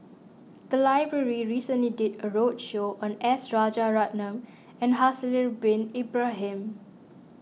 the library recently did a roadshow on S Rajaratnam and Haslir Bin Ibrahim